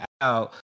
out